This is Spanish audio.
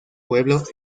pueblo